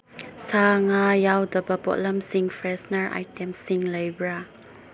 ꯉꯥ ꯁꯥ ꯌꯥꯎꯗꯕ ꯄꯣꯠꯂꯝꯁꯤꯡ ꯐ꯭ꯔꯦꯁꯅꯔ ꯑꯥꯏꯇꯦꯝꯁꯤꯡ ꯂꯩꯕ꯭ꯔꯥ